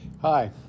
Hi